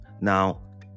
now